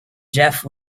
jeff